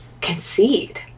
concede